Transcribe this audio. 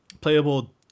playable